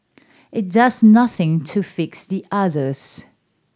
it does nothing to fix the others